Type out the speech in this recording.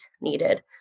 needed